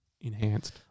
enhanced